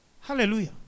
Hallelujah